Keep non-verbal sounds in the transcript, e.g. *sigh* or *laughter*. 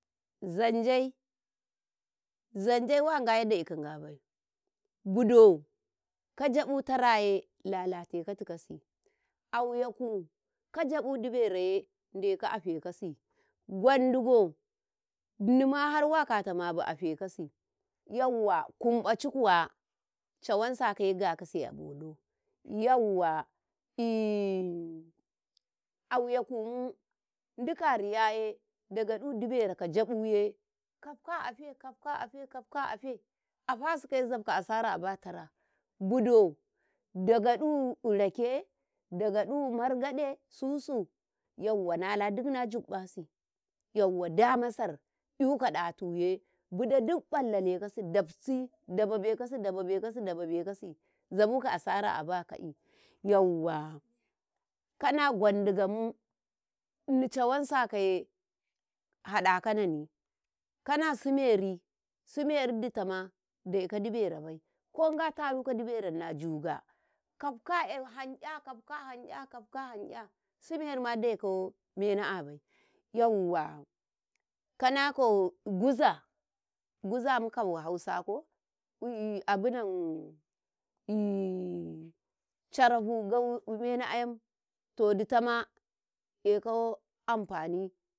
Zanjêi Zanjêi waa Ngaye dayeka Ngaberi budo kajabüu tareyë lalaté kati kasi, auyakü ka gyabûu diberoye ndeka afekasi, gwandigo, Nnima har ma wakata mabi afekasi, yauwa, kwumbaci kuwa cawan sakaye Ngakase a bolo, yauwa, *hesitation* auyaku ndika a riyaye dagadu diberou ka gyabuyë kafka a'afé kafka a'afé, kafka a'afé afasikayé sai zabka Asara a ba tarei, Budo dagaɗu rake, dagaɗu margaɗe sύύsu yauwa nala dukna juƃƃase, yauwa damasar ϔuka ɗatuuye, budo duk ƃallalekasii - dafsii daba bekasi - daba bekasi dababe kasi zabuka asara aba ka'i yauwa, kana gwandam nmu, nnicawȃnsakaye haɗa ƙanoni, kana siimeri, Siimeri ditama daika diberau bai ko Nga taruka diberau ni a juga kafka a hanϔa- kafka a hanϔa, kafka a hanϔa siimerima dai ka mena'abai, yauwa kana kȃu guza, guza mukauwa hausa ko abunan *unintelligible* ca rafuu um, mena'an to ditama ekau amfani.